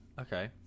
Okay